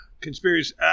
conspiracy